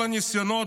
כל הניסיונות,